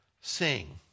sing